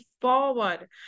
forward